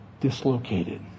dislocated